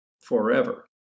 forever